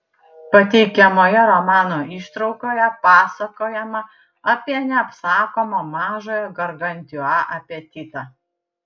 pateikiamoje romano ištraukoje pasakojama apie neapsakomą mažojo gargantiua apetitą